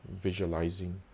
visualizing